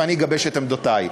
ואני אגבש את עמדותי,